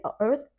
earth